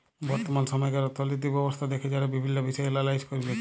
বর্তমাল সময়কার অথ্থলৈতিক ব্যবস্থা দ্যাখে যারা বিভিল্ল্য বিষয় এলালাইস ক্যরবেক